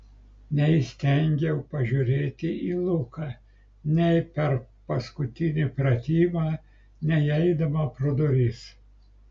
neįstengiau pažiūrėti į luką nei per paskutinį pratimą nei eidama pro duris